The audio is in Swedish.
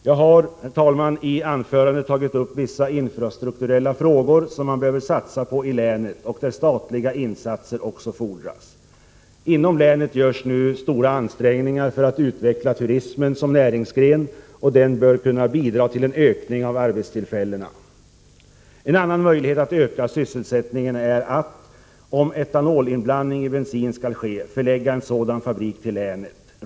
Jag har, herr talman, i detta anförande tagit upp vissa infrastrukturella frågor som man behöver satsa på i länet och där statliga insatser också fordras. Inom länet görs nu stora ansträngningar för att utveckla turismen som näringsgren, och den bör kunna bidra till en ökning av arbetstillfällena. En annan möjlighet att öka sysselsättningen är att, om etanolinblandning i bensin skall ske, förlägga en sådan fabrik till länet.